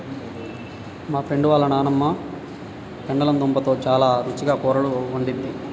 మా ఫ్రెండు వాళ్ళ నాన్నమ్మ పెండలం దుంపలతో చాలా రుచిగా కూరలు వండిద్ది